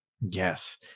Yes